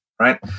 right